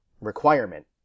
requirement